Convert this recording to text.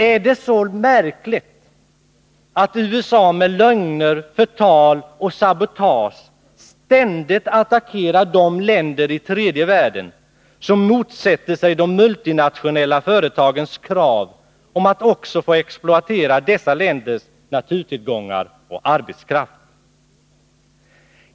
Är det så märkligt att USA med lögner, förtal och sabotage ständigt attackerar de länder i tredje världen som motsätter sig de multinationella företagens krav på att få exploatera dessa länders naturtillgångar och arbetskraft?